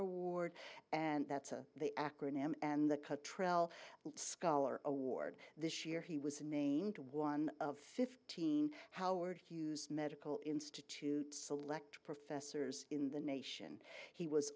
career and that's the acronym and the trial scholar award this year he was named one of fifteen howard hughes medical institute select professors in the nation he was